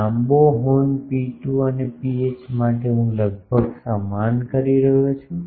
લાંબા હોર્ન ρ2 અને ρh માટે હું લગભગ સમાન કહી રહ્યો છું